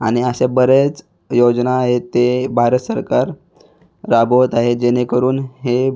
आणि असे बरेच योजना आहेत ते भारत सरकार राबवत आहे जेणेकरून हे